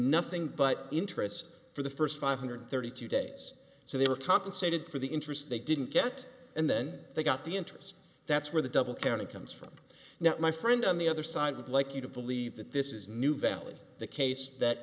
nothing but interest for the first five hundred thirty two days so they were compensated for the interest they didn't get and then they got the interest that's where the double counting comes from now my friend on the other side would like you to believe that this is new valley the case that